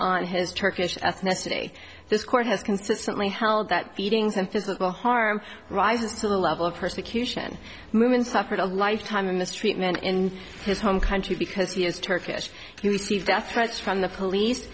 on his turkish ethnicity this court has consistently held that beatings and physical harm rises to the level of persecution movement suffered a lifetime of mistreatment in his home country because he is turkish you received death threats from the police